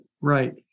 right